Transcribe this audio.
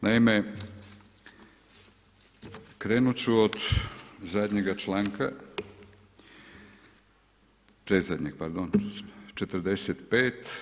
Naime, krenut ću od zadnjega članka, predzadnjeg pardon, 45.